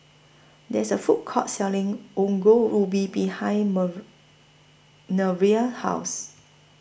There IS A Food Court Selling Ongol Ubi behind Nervia's House